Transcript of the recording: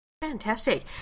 Fantastic